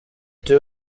ati